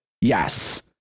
Yes